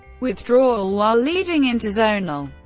withdrawal while leading interzonal